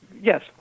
Yes